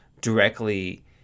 directly